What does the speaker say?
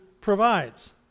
provides